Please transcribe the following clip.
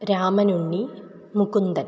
Ramanunni मुकुन्दः